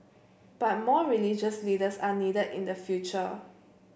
but more religious leaders are needed in the future